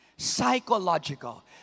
psychological